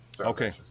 Okay